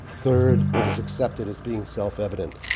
third, it is accepted as being self-evident.